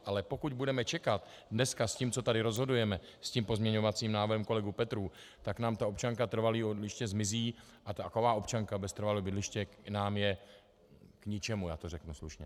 Ale pokud budeme čekat dneska s tím, co tady rozhodujeme, s tím pozměňovacím návrhem kolegy Petrů, tak nám ta občanka s trvalým bydlištěm zmizí a taková občanka bez trvalého bydliště nám je k ničemu, já to řeknu slušně.